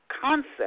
concept